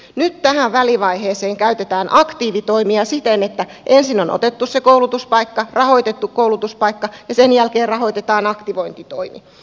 nyt tähän välivaiheeseen käytetään aktiivitoimia siten että ensin on otettu koulutuspaikka rahoitettu koulutuspaikka ja sen jälkeen rahoitetaan aktivointitoimin